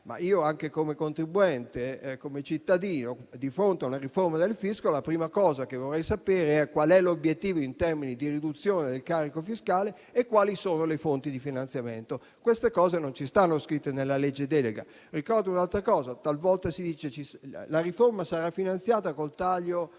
che anche come contribuente e come cittadino, di fronte ad una riforma del fisco, la prima cosa che vorrei sapere è qual è l'obiettivo in termini di riduzione del carico fiscale e quali sono le fonti di finanziamento. Questi dati non sono scritti nella legge delega. Talvolta si dice che la riforma sarà finanziata con il taglio